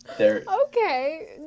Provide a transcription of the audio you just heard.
Okay